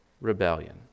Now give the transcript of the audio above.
rebellion